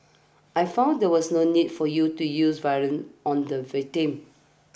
I find there was no need for you to use violence on the victim